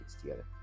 together